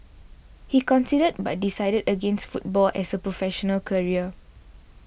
he considered but decided against football as a professional career